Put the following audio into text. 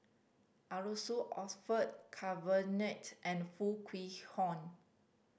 Arasu Orfeur and Foo Kwee Horng